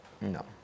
No